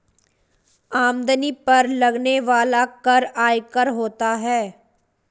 आमदनी पर लगने वाला कर आयकर होता है